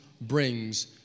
brings